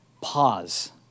pause